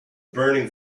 burning